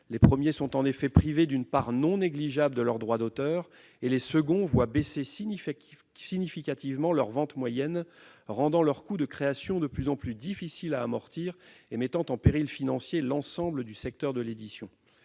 Les premiers sont en effet privés d'une part non négligeable de leurs droits d'auteur et les seconds voient baisser significativement leurs ventes moyennes, ce qui rend leurs coûts de création de plus en plus difficiles à amortir et met en péril financier l'ensemble du secteur de l'édition.